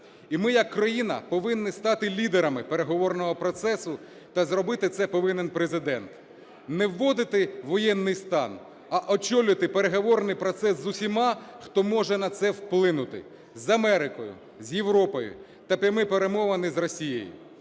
І ми як країна повинні стати лідерами переговорного процесу, та зробити це повинен Президент. Не вводити воєнний стан, а очолити переговорний процес з усіма, хто може на це вплинути: з Америкою, з Європою та прямі перемовини з Росією.